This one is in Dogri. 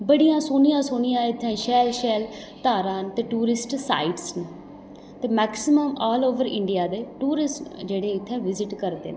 बडियां सोह्नियां सोह्नियां इत्थें शैल शैल धारां न ते टूरिस्ट साइट्स न ते मैक्सिमम ऑल ओवर इंडिया दे टूरिस्ट जेह्ड़े इत्थें विजिट करदे न